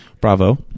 Bravo